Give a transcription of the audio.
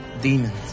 demons